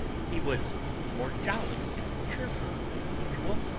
he was more jolly and cheerful than usual,